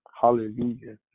Hallelujah